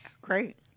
great